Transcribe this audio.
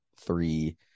three